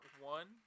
one